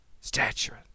Stature